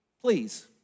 please